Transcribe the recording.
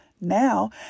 Now